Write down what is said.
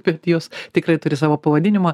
bet jos tikrai turi savo pavadinimą